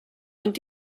und